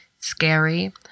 scary